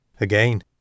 Again